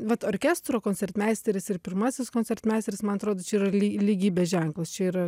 vat orkestro koncertmeisteris ir pirmasis koncertmeisteris man atrodo čia yra lygybės ženklas čia yra